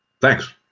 Thanks